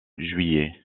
juillet